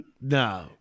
No